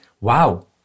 wow